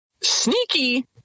sneaky